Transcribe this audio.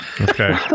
Okay